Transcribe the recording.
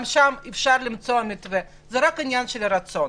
גם שם אפשר למצוא מתווה, זה רק עניין של רצון.